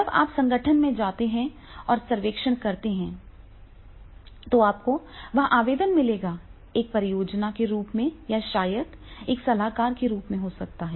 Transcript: जब आप संगठन में जाते हैं और सर्वेक्षण करते हैं तो आपको वहां आवेदन मिलेगा एक परियोजना के रूप में या शायद एक सलाहकार के रूप में हो सकता है